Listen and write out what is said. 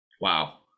Wow